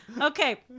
Okay